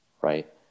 right